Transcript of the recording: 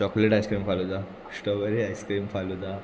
chocolate ice cream falooda strawberry ice cream falooda